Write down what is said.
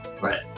Right